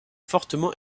fortement